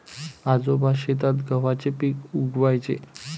आजोबा शेतात गव्हाचे पीक उगवयाचे